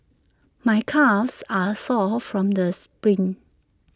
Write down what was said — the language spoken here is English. my calves are sore from the spring